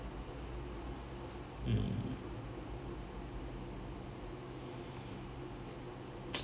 mm